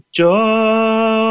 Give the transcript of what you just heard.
joy